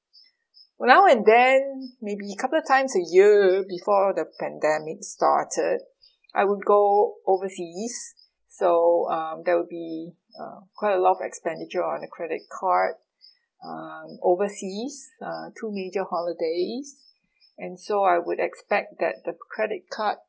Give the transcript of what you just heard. now and then maybe couple of times a year before the pandemic started I will go overseas so um there will be uh quite a lot of expenditure on the credit card um overseas uh through major holidays and so I would expect that the credit card